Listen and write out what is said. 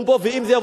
בוא נראה.